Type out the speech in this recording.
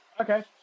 Okay